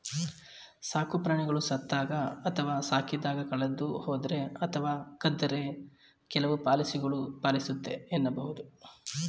ಸಾಕುಪ್ರಾಣಿಗಳು ಸತ್ತಾಗ ಅಥವಾ ಸಾಕಿದಾಗ ಕಳೆದುಹೋದ್ರೆ ಅಥವಾ ಕದ್ದರೆ ಕೆಲವು ಪಾಲಿಸಿಗಳು ಪಾಲಿಸುತ್ತೆ ಎನ್ನಬಹುದು